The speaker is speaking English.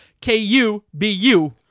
K-U-B-U